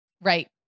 Right